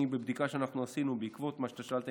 בבדיקה שאנחנו עשינו בעקבות מה שאתה שאלת,